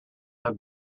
have